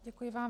Děkuji vám.